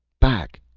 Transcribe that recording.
back,